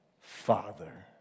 Father